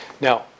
Now